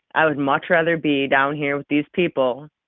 i would much rather be down here with these people,